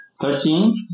Thirteen